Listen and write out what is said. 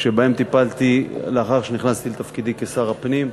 שטיפלתי בהם לאחר שנכנסתי לתפקידי כשר הפנים.